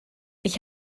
ich